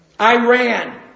Iran